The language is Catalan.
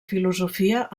filosofia